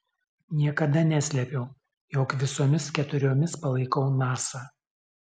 niekada neslėpiau jog visomis keturiomis palaikau nasa